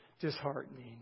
disheartening